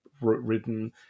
written